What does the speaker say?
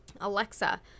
Alexa